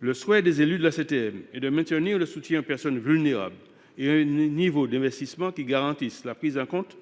le souhait des élus de la CTM est de maintenir le soutien aux personnes vulnérables et un niveau d’investissement qui garantisse la prise en compte